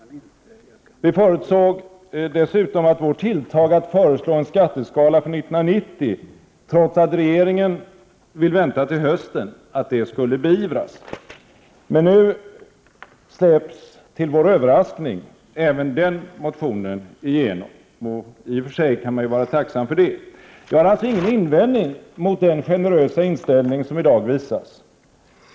Vi förutsåg dessutom att vårt tilltag att föreslå en skatteskala för 1990, trots att regeringen vill vänta till hösten, skulle beivras. Men nu släpps till vår överraskning även den motionen igenom, vilket man i och för sig kan vara tacksam över. Jag har alltså ingen invändning mot den generösa inställning som i dag visas.